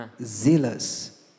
zealous